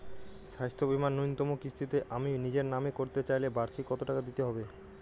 স্বাস্থ্য বীমার ন্যুনতম কিস্তিতে আমি নিজের নামে করতে চাইলে বার্ষিক কত টাকা দিতে হবে?